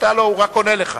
עונה לך.